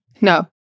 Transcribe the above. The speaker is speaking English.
No